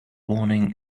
warning